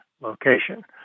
location